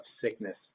sickness